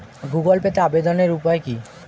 Google পেতে আবেদনের উপায় কি?